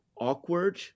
awkward